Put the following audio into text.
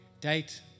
date